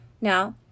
Now